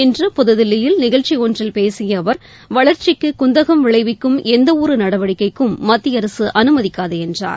இன்று புதுதில்லியில் நிகழ்ச்சி ஒன்றில் பேசிய அவர் வளர்ச்சிக்கு குந்தகம் விளைவிக்கும் எந்தவொரு நடவடிக்கைக்கும் மத்திய அரசு அனுமதிக்காது என்றார்